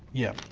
yeah,